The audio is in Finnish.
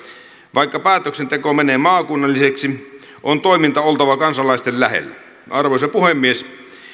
vaikka päätöksenteko menee maakunnalliseksi on toiminnan oltava kansalaisten lähellä arvoisa puhemies